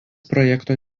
projekto